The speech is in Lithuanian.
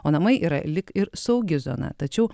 o namai yra lyg ir saugi zona tačiau